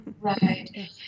Right